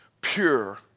Pure